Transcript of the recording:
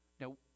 Now